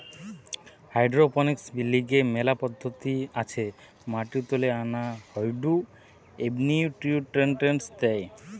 hydroponics লিগে মেলা পদ্ধতি আছে মাটি তুলে আনা হয়ঢু এবনিউট্রিয়েন্টস দেয়